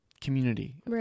community